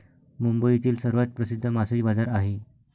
मुंबईतील सर्वात प्रसिद्ध मासळी बाजार आहे